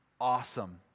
awesome